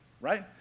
right